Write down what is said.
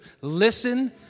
Listen